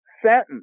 Sentence